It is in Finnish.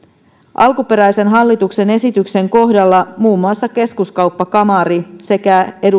alkuperäisen hallituksen esityksen kohdalla muun muassa keskuskauppakamari sekä